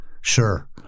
sure